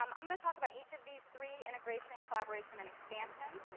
um i'm going to talk about each of these three integration, collaboration and expansion.